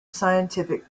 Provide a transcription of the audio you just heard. scientific